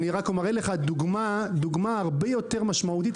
אז אני רק מראה לך דוגמה הרבה יותר משמעותית.